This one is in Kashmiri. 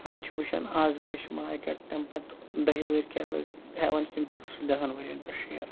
أڑۍ چھِ وُچھان اَز کیٛاہ چھُ مارکیٚٹ تَمہِ پتہٕ دَہہِ ؤہٕرۍ کیٛاہ روزِ ہٮ۪وان چھِ تِم فِکسٕڑ دہَن ؤری یَن پٮ۪ٹھ شِیر